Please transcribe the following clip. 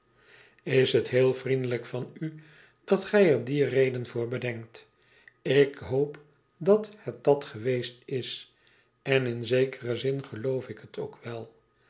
lis het heel vriendelijk van u dat gij er die reden voorbedenkt ik hoop dat het dat geweest is en in zekeren zin geloof ik het ook wel